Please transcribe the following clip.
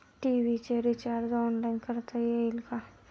TV चे recharge online करता येईल का?